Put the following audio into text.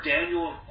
Daniel